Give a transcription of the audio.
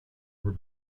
were